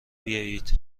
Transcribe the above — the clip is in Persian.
بیایید